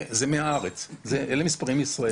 זה מהארץ, המספרים האלה הם מישראל.